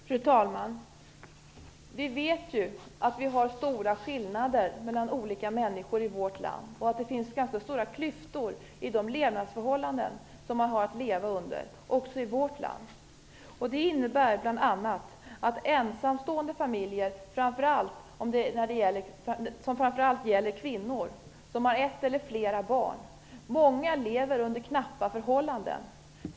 Fru talman! Vi vet ju att vi har stora skillnader mellan olika människor i vårt land och att det finns ganska stora klyftor i de levnadsförhållanden som man har att leva under också i vårt land. Det innebär bl.a. att många ensamstående familjer, framför allt kvinnor som har ett eller fler barn, lever under knappa förhållanden.